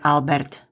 Albert